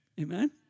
Amen